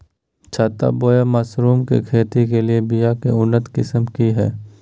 छत्ता बोया मशरूम के खेती के लिए बिया के उन्नत किस्म की हैं?